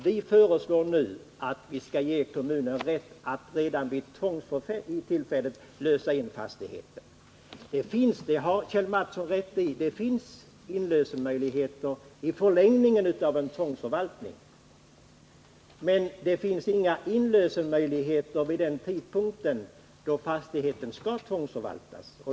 Vi föreslår att kommunerna redan nu skall ges rätt att vid tvångstillfället lösa in fastigheter. Kjell Mattsson har rätt i att det finns inlösenmöjligheter i förlängningen av en tvångsförvaltning, men det finns inga inlösenmöjligheter vid den tidpunkt då fastigheten skall tvångsförvaltas.